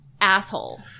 asshole